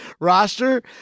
roster